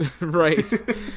Right